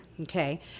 Okay